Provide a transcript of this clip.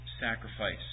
sacrifice